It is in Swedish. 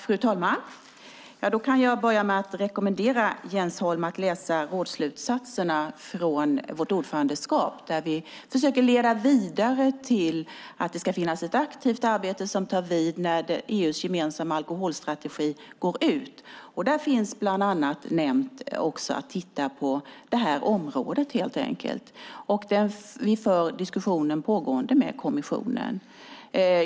Fru talman! Jag kan börja med att rekommendera Jens Holm att läsa rådslutsatserna från vårt ordförandeskap där vi försöker leda vidare till att det ska finnas ett aktivt arbete som tar vid när EU:s gemensamma alkoholstrategi går ut. Där finns bland annat nämnt att man ska titta på det här området. Vi för diskussionen pågående med kommissionen.